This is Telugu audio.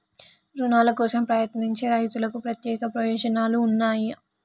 రుణాల కోసం ప్రయత్నించే రైతులకు ప్రత్యేక ప్రయోజనాలు ఉన్నయా?